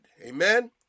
Amen